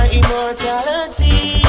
immortality